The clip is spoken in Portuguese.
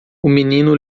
menino